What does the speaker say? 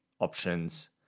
options